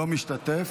לא משתתף.